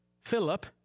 Philip